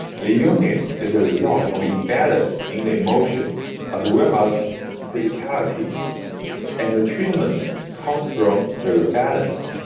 the yeah illness is the result of imbalance in the emotion as well as physicality and the treatment comes from the re-balance.